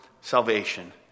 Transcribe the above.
salvation